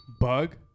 Bug